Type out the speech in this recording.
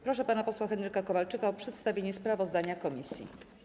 Proszę pana posła Henryka Kowalczyka o przedstawienie sprawozdania komisji.